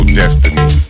destiny